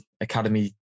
Academy